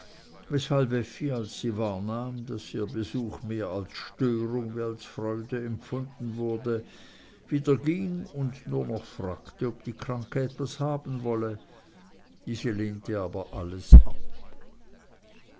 als sie wahrnahm daß ihr besuch mehr als störung wie als freude empfunden wurde wieder ging und nur noch fragte ob die kranke etwas haben wolle diese lehnte aber alles